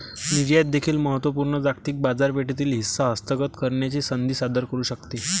निर्यात देखील महत्त्व पूर्ण जागतिक बाजारपेठेतील हिस्सा हस्तगत करण्याची संधी सादर करू शकते